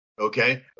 okay